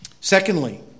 Secondly